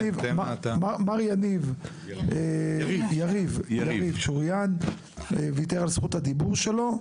מר יריב ויתר על זכות הדיבור שלו.